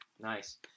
nice